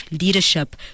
leadership